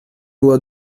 loi